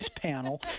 panel